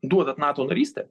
duodat nato narystę